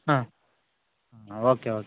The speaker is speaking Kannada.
ಹಾಂ ಹಾಂ ಓಕೆ ಓಕೆ